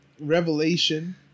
Revelation